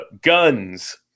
Guns